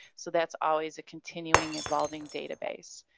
so that's always a continuing evolving database.